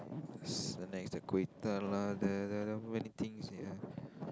lah there there many things ya